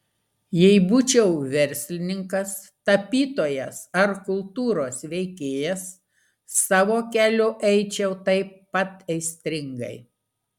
jei būčiau verslininkas tapytojas ar kultūros veikėjas savo keliu eičiau taip pat aistringai